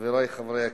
חברי חברי הכנסת,